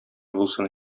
булсын